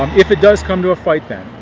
um if it does come to ah fight then,